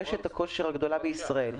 רשת הכושר הגדולה בישראל.